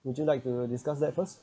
would you like to discuss that first